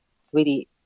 sweetie